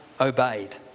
obeyed